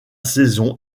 saison